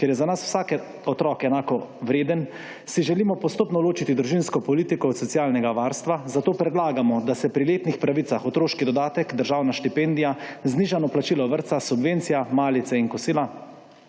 Ker je za nas vsak otrok enako vreden, si želimo postopno ločiti družinsko politiko od socialnega varstva, zato predlagamo, da se pri letnih pravicah otroški dodatek, državna štipendija, znižano plačilo vrtca, subvencija malice in kosila